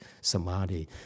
samadhi